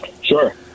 Sure